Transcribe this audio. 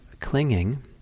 clinging